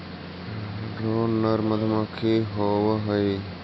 drone नर मधुमक्खी होवअ हई